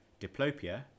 diplopia